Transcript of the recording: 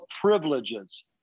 privileges